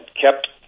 kept